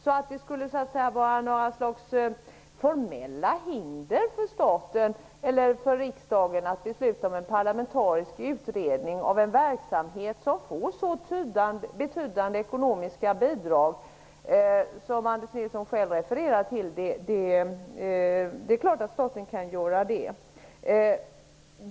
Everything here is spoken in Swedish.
Det är klart att det inte kan finnas några formella hinder för riksdagen att besluta om en parlamentarisk utredning av en verksamhet som får så betydande ekonomiska bidrag, som Anders Nilsson själv refererade till.